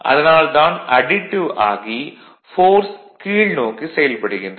அதனால் தான் அடிட்டிவ் ஆகி ஃபோர்ஸ் கீழ்நோக்கி செயல்படுகின்றது